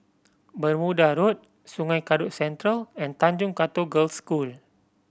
Bermuda Road Sungei Kadut Central and Tanjong Katong Girls' School